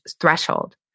threshold